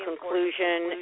conclusion